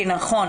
התקבלה,